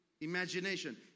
imagination